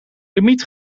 limiet